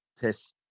test